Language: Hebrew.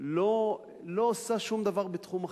לא עושה שום דבר בתחום החינוך.